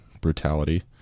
brutality